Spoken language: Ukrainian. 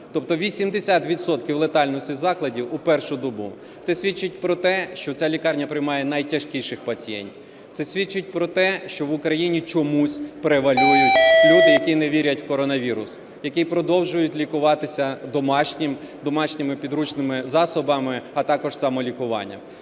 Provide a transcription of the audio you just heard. відсотків летальності закладів у першу добу. Це свідчить про те, що ця лікарня приймає найтяжкіших пацієнтів. Це свідчить про те, що в Україні чомусь превалюють люди, які не вірять в коронавірус, які продовжують лікуватися домашніми підручними засобами, а також самолікуванням.